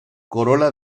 corola